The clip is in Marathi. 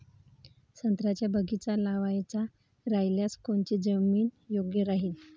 संत्र्याचा बगीचा लावायचा रायल्यास कोनची जमीन योग्य राहीन?